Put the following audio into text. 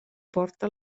porta